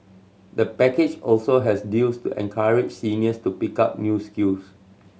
the package also has deals to encourage seniors to pick up new skills